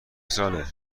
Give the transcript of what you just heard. ساله